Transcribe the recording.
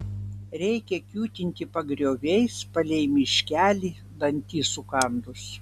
reikia kiūtinti pagrioviais palei miškelį dantis sukandus